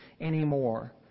anymore